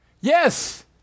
Yes